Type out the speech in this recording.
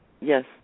Yes